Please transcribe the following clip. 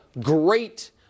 great